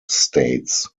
states